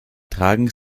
tragen